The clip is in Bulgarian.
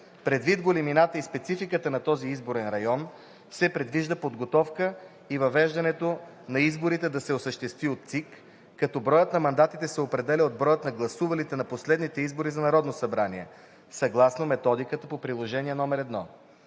Предвид големината и спецификата на този изборен район се предвижда подготовката и провеждането на изборите да се осъществи от ЦИК, като броят на мандатите се определя от броя на гласувалите на последните избори за Народно събрание съгласно методиката по Приложение № 1.